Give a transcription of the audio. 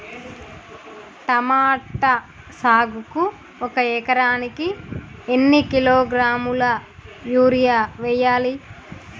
Tomato సాగుకు ఒక ఎకరానికి ఎన్ని కిలోగ్రాముల యూరియా వెయ్యాలి?